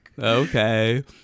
Okay